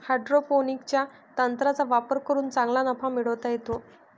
हायड्रोपोनिक्सच्या तंत्राचा वापर करून चांगला नफा मिळवता येतो